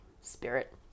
spirit